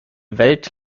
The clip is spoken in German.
welt